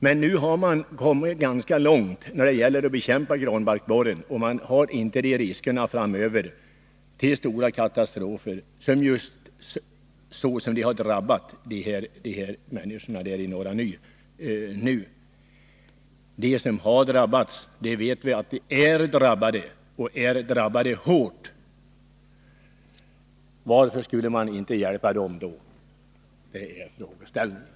Men nu har vi kommit ganska långt när det gäller att bekämpa granbarkborren, och det finns inte samma risker för stora katastrofer, som t.ex. den i Norra Ny. De som drabbats vet vi är drabbade — hårt drabbade. Varför skulle vi inte hjälpa dem då? Det är frågeställningen.